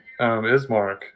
Ismark